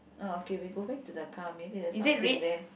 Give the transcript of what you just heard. ah okay we go back to the car maybe there's something there